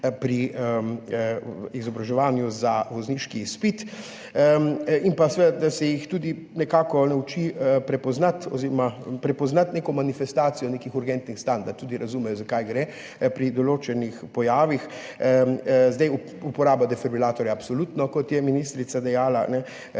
pri izobraževanju za vozniški izpit, in pa da se jih tudi nekako nauči prepoznati neko manifestacijo nekih urgentnih stanj, da tudi razumejo, za kaj gre pri določenih pojavih. Uporaba defibrilatorja, absolutno, kot je ministrica dejala,